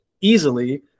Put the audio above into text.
easily